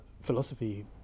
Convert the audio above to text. philosophy